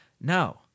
No